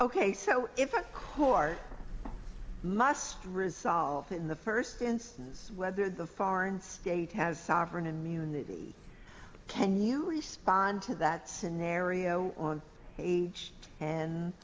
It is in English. ok so if a court must resolve in the first instance whether the foreign state has sovereign immunity can you respond to that scenario or age and